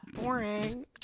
boring